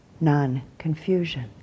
non-confusion